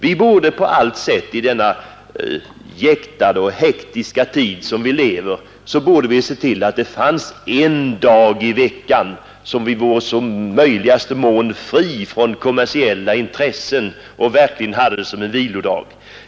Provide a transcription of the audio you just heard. Vi borde på allt sätt i denna jäktade och hektiska tid se till att det finns en dag i veckan då vi har i möjligaste mån frihet från kommersiella intressen och verkligen hade det som en vilodag.